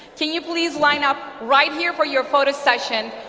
can you please line up right here for your photo session.